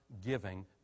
giving